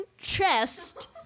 chest